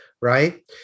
right